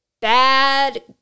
bad